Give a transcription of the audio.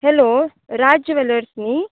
hello Raj jewellers न्ही